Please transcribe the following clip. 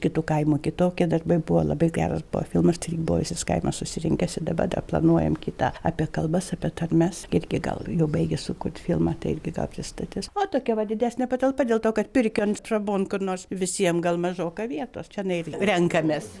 kitų kaimų kitokie darbai buvo labai geras buvo filmas tai irgi buvo visas kaimas susirinkęs i daba da planuojam kitą apie kalbas apie tarmes irgi gal jau baigia sukurt filmą tai irgi gal pristatis o tokia va didesnė patalpa dėl to kad pirkion trobon kur nors visiem gal mažoka vietos čianai renkamės